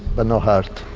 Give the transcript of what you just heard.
but no heart.